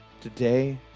Today